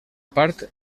part